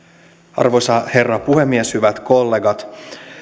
arvoisa herra puhemies hyvä kollegat